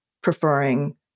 preferring